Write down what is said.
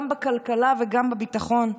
גם בכלכלה וגם בביטחון?